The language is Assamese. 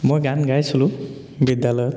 মই গান গাইছিলোঁ বিদ্যালয়ত